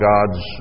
God's